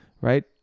right